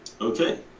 Okay